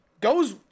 goes